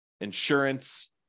insurance